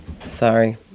sorry